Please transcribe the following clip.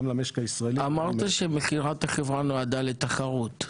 גם למשק הישראלי --- אמרת שמכירת החברה נועדה לתחרות.